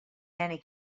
many